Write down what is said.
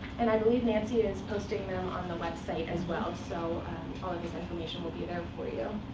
and i believe nancy is posting them on the website, as well. so all of this information will be there for you.